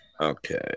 Okay